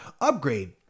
upgrade